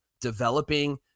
developing